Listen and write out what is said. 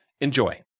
Enjoy